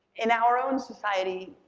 in our own society,